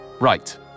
right